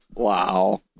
Wow